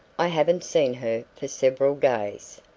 i haven't seen her for several days.